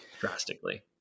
drastically